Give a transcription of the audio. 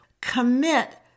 commit